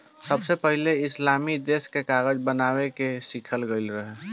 सबसे पहिले इस्लामी देश में कागज बनावे के सिखल गईल रहे